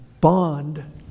bond